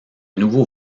nouveau